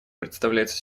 представляется